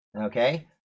Okay